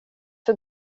för